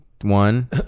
one